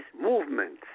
movements